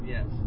Yes